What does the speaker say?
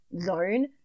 zone